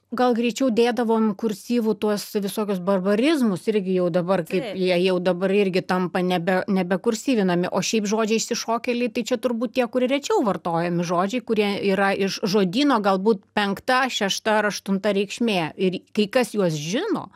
gal greičiau dėdavom kursyvu tuos visokius barbarizmus irgi jau dabar taip jie jau dabar irgi tampa nebe nebe kursyvinami o šiaip žodžiai išsišokėliai tai čia turbūt tie kur rečiau vartojami žodžiai kurie yra iš žodyno galbūt penkta šešta ar aštunta reikšmė ir kai kas juos žino